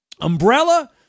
Umbrella